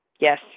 Yes